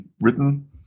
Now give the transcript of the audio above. written